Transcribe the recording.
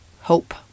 Hope